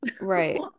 Right